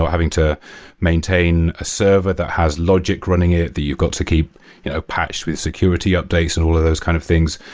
having to maintain a server that has logic running that you got to keep you know patch with security updates and all of those kind of things.